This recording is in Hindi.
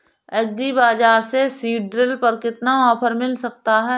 एग्री बाजार से सीडड्रिल पर कितना ऑफर मिल सकता है?